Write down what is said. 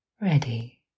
ready